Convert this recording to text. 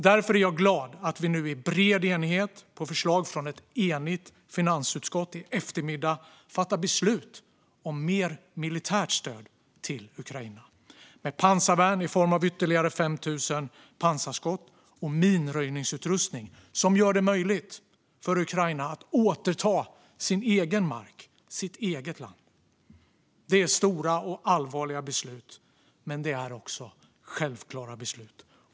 Därför är jag glad att vi nu i bred enighet, på förslag från ett enigt finansutskott, i eftermiddag fattar beslut om mer militärt stöd till Ukraina, med pansarvärn i form av ytterligare 5 000 pansarskott och minröjningsutrustning, som gör det möjligt för Ukraina att återta sin egen makt, sitt eget land. Det är stora och allvarliga beslut, men det är också självklara beslut.